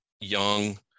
young